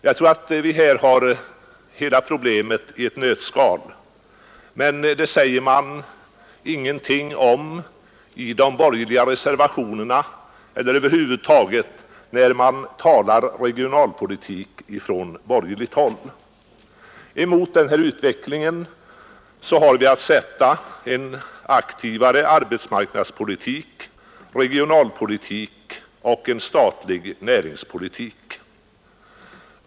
Jag tror att vi här har hela problemet i ett nötskal, men det sägs det ingenting om i de borgerliga reservationerna eller över huvud taget när det på borgerligt håll talas regionalpolitik. Mot denna utveckling har vi att sätta in en mer aktiv arbetsmarknadspolitik, regionalpolitik och statlig näringspolitik.